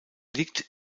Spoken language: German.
liegt